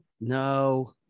No